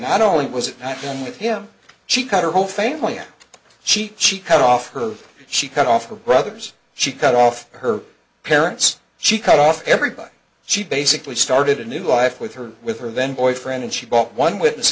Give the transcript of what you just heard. not only was it happened with him she cut her whole family she she cut off her she cut off her brothers she cut off her parents she cut off everybody she basically started a new life with her with her then boyfriend and she bought one witness